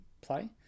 play